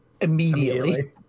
Immediately